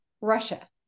Russia